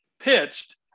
pitched